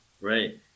Right